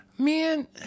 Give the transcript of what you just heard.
Man